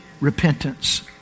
Repentance